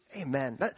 amen